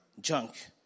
Junk